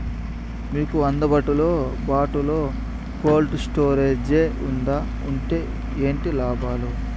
మీకు అందుబాటులో బాటులో కోల్డ్ స్టోరేజ్ జే వుందా వుంటే ఏంటి లాభాలు?